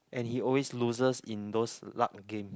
and he always loses in those luck game